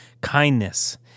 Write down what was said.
kindness